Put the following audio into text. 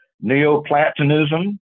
Neoplatonism